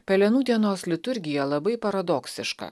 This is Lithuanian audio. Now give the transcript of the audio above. pelenų dienos liturgija labai paradoksiška